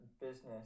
business